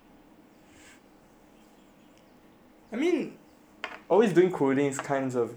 I mean always doing coding these kinds of kind of gets boring lah